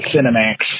Cinemax